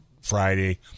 Friday